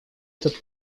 этот